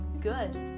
good